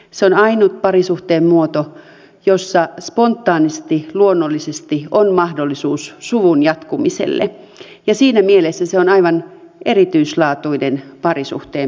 se on ainut parisuhteen muoto jossa spontaanisti luonnollisesti on mahdollisuus suvun jatkumiselle ja siinä mielessä se on aivan erityislaatuinen parisuhteen muoto